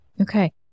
Okay